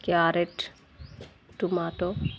carrot tomato